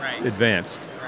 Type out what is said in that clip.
advanced